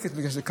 בגלל שזה קרוב,